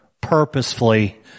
purposefully